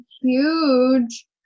huge